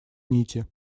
нити